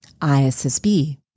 ISSB